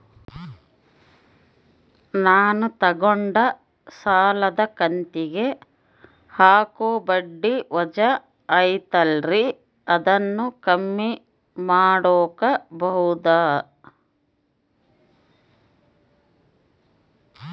ನಾನು ತಗೊಂಡ ಸಾಲದ ಕಂತಿಗೆ ಹಾಕೋ ಬಡ್ಡಿ ವಜಾ ಐತಲ್ರಿ ಅದನ್ನ ಕಮ್ಮಿ ಮಾಡಕೋಬಹುದಾ?